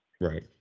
Right